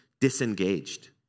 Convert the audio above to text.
disengaged